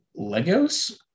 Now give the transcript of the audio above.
Legos